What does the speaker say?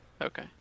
Okay